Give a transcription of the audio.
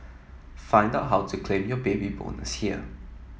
find out how to claim your Baby Bonus here